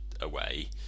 away